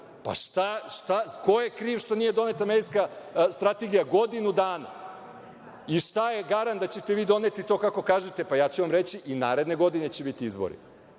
1. januara. Ko je kriv što nije doneta medijska strategija godinu dana i šta je garant da ćete vi doneti kako kažete? Ja ću vam reći - i naredne godine će biti izbori.